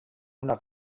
una